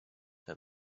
him